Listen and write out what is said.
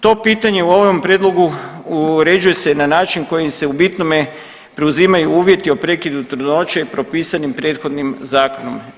To pitanje u ovom prijedlogu uređuje se na način u kojem se u bitnome preuzimaju uvjeti o prekidu trudnoće propisani prethodnim zakonom.